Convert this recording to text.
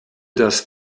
das